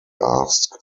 asked